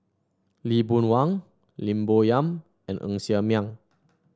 Lee Boon Wang Lim Bo Yam and Ng Ser Miang